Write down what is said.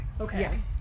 Okay